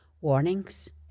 warnings